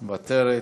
מוותרת,